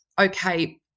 okay